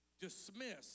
dismissed